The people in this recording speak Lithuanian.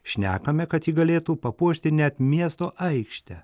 šnekame kad ji galėtų papuošti net miesto aikštę